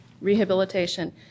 rehabilitation